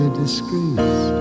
disgrace